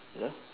hello